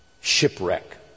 shipwreck